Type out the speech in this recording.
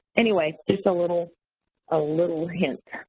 anyway, just a little ah little hint.